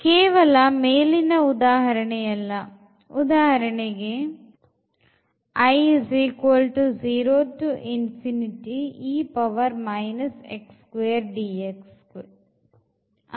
ಕೇವಲ ಮೇಲಿನ ಉದಾಹರಣೆಯಲ್ಲ ಉದಾಹರಣೆಗೆ integral ಅನ್ನು ಪರಿಗಣಿಸೋಣ